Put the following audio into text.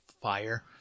fire